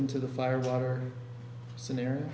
into the fire water scenario